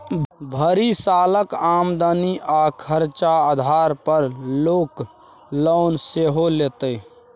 भरि सालक आमदनी आ खरचा आधार पर लोक लोन सेहो लैतै